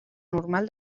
normal